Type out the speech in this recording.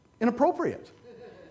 Inappropriate